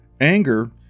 anger